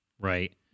right